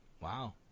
Wow